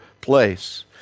place